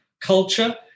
culture